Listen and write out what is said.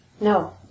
No